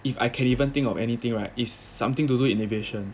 if I can even think of anything right is something to do with aviation